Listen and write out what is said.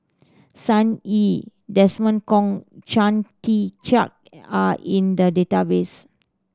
Sun Yee Desmond Kon Chia Tee Chiak are in the database